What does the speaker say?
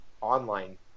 online